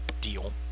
deal